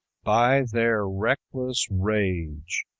by their reckless rage,